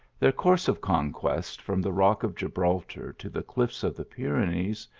their course of conquest from the rock of gibraltar to the cliffs of the pyrenees,